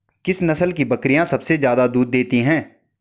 किस नस्ल की बकरीयां सबसे ज्यादा दूध देती हैं?